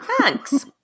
Thanks